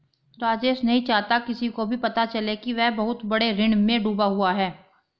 राजेश नहीं चाहता किसी को भी पता चले कि वह बहुत बड़े ऋण में डूबा हुआ है